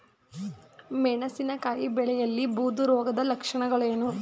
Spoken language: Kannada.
ಮೆಣಸಿನಕಾಯಿ ಬೆಳೆಯಲ್ಲಿ ಬೂದು ರೋಗದ ಲಕ್ಷಣಗಳೇನು?